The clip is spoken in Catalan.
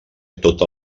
tota